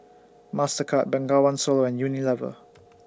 Mastercard Bengawan Solo and Unilever